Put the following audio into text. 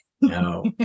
No